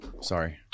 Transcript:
Sorry